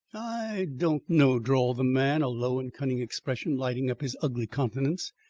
i don't know, drawled the man, a low and cunning expression lighting up his ugly countenance.